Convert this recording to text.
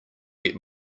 get